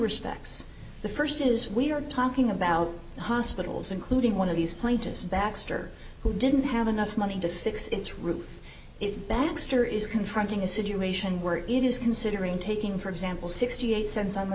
respects the first is we are talking about hospitals including one of these plaintiffs baxter who didn't have enough money to fix its roof baxter is confronting a situation where it is considering taking for example sixty eight cents on the